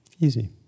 Easy